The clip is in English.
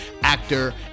actor